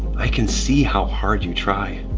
i can see how hard you try.